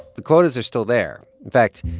the quotas are still there. in fact,